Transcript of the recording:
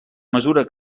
mesura